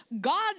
God